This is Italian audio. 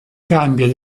cambio